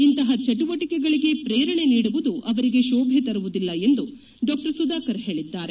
ಇಂತಪ ಚಟುವಟಿಕೆಗಳಿಗೆ ಪ್ರೇರಣೆ ನೀಡುವುದು ಅವರಿಗೆ ಶೋಭೆ ತರುವುದಿಲ್ಲ ಎಂದು ಡಾ ಸುಧಾಕರ್ ಹೇಳಿದ್ದಾರೆ